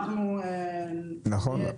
נהיה --- נכון,